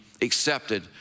accepted